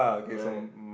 like